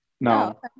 No